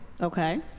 Okay